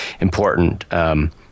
important